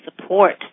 support